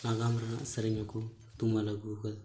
ᱱᱟᱜᱟᱢ ᱨᱮᱱᱟᱜ ᱥᱮᱨᱮᱧ ᱦᱚᱸᱠᱚ ᱛᱩᱢᱟᱹᱞ ᱟᱹᱜᱩ ᱟᱠᱟᱫᱟ